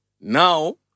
Now